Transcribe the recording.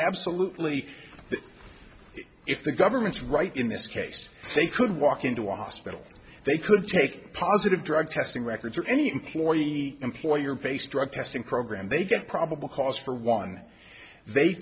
absolutely if the government's right in this case they could walk into a hospital they could take positive drug testing records or any employee employer based drug testing program they get probable cause for one they